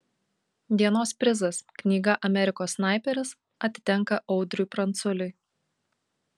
dienos prizas knyga amerikos snaiperis atitenka audriui pranculiui